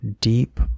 deep